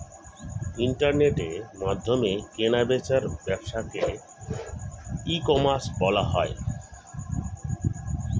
ইন্টারনেটের মাধ্যমে কেনা বেচার ব্যবসাকে ই কমার্স বলা হয়